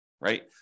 right